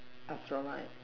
astronaut